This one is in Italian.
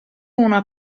una